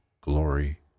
glory